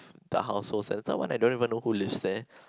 the household center one I don't even know who lives there